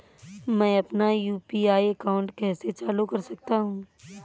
मैं अपना UPI account कैसे चालू कर सकता हूँ?